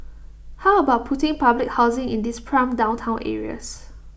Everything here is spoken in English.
how about putting public housing in these prime downtown areas